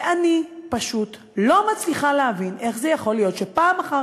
ואני פשוט לא מצליחה להבין איך זה יכול להיות שפעם אחר